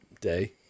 day